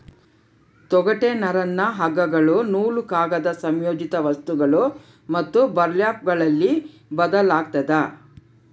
ತೊಗಟೆ ನರನ್ನ ಹಗ್ಗಗಳು ನೂಲು ಕಾಗದ ಸಂಯೋಜಿತ ವಸ್ತುಗಳು ಮತ್ತು ಬರ್ಲ್ಯಾಪ್ಗಳಲ್ಲಿ ಬಳಸಲಾಗ್ತದ